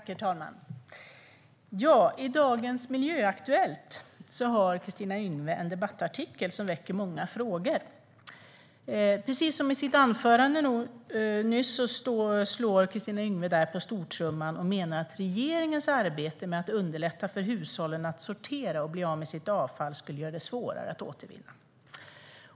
Herr talman! I dagens Miljöaktuellt har Kristina Yngwe en debattartikel som väcker många frågor. Precis som i sitt anförande nyss slår Kristina Yngwe där på stortrumman och menar att regeringens arbete med att underlätta för hushållen att sortera och bli av med sitt avfall skulle göra det svårare att återvinna.